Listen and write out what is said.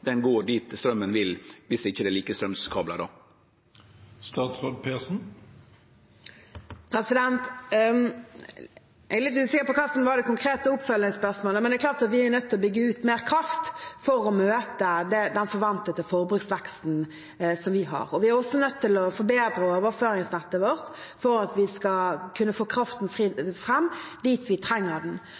var det konkrete oppfølgingsspørsmålet, men det er klart at vi er nødt til å bygge ut mer kraft for å møte den forventede forbruksveksten vi har. Vi er også nødt til å forbedre overføringsnettet vårt for at vi skal kunne få kraften fram dit vi trenger den.